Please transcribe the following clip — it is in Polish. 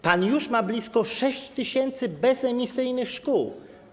Pan już ma blisko 6 tys. bezemisyjnych szkół.